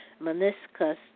meniscus